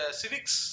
civics